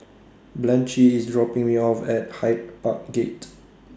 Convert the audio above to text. Blanchie IS dropping Me off At Hyde Park Gate